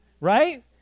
right